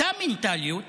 אותה מנטליות